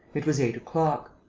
it was eight o'clock.